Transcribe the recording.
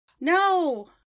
No